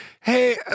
hey